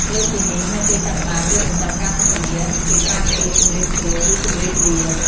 លើសពីនេះ នៅពេលចាប់ផ្ដើមឬបញ្ចប់ការសន្ទនា គេប្រើពាក្យ "ជម្រាបសួរ" ឬ "ជម្រាបលា"។